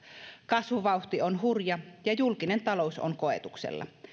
kasvuvauhti on hurja ja julkinen talous on koetuksella